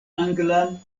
anglan